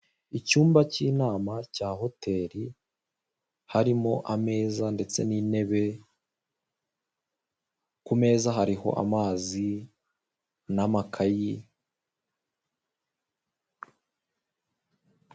Icyumba k'inama cya hoteri harimo ameza ndetse n'intebe, ku meza hariho amazi n'amakayi.